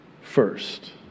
first